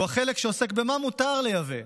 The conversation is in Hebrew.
הוא החלק שעוסק במה מותר לייבא.